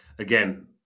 Again